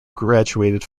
graduated